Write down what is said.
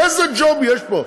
איזה ג'וב יש פה?